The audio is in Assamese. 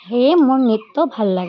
সেয়ে মোৰ নৃত্য ভাল লাগে